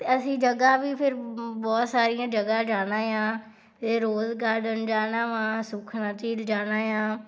ਐਸੀ ਜਗ੍ਹਾ ਵੀ ਫਿਰ ਬਹੁਤ ਸਾਰੀਆਂ ਜਗ੍ਹਾ ਜਾਣਾ ਆ ਇਹ ਰੋਜ਼ ਗਾਰਡਨ ਜਾਣਾ ਵਾ ਸੁਖਣਾ ਝੀਲ ਜਾਣਾ ਆ